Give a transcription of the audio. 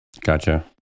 Gotcha